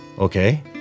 Okay